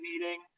meeting